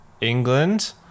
England